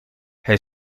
hij